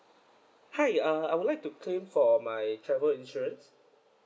hi uh I would like to claim for my travel insurance